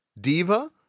Diva